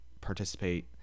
participate